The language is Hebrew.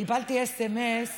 קיבלתי סמ"ס